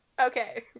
Okay